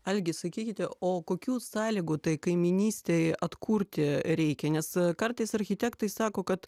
algi sakykite o kokių sąlygų tai kaimynystei atkurti reikia nes kartais architektai sako kad